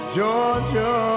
Georgia